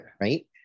right